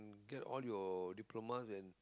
get all your diplomas and